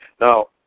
Now